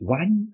one